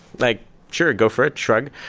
like sure, go for it shrug.